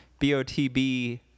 botb